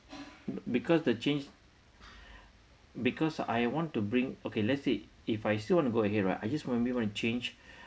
because the change because I want to bring okay let's say if I still want to go ahead right I just may be want to change